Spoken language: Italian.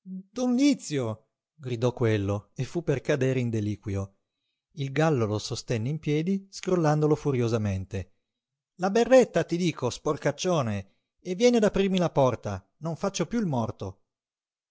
don lizio gridò quello e fu per cadere in deliquio il gallo lo sostenne in piedi scrollandolo furiosamente la berretta ti dico sporcaccione e vieni ad aprirmi la porta non faccio piú il morto